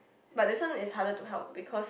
but this one is harder to help because